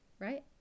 right